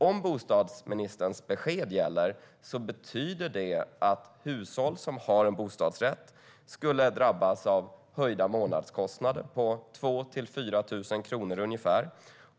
Om bostadsministerns besked gäller betyder det att hushåll som har en bostadsrätt skulle drabbas av höjda månadskostnader på ungefär 2 000-4 000 kronor.